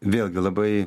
vėlgi labai